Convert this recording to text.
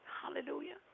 Hallelujah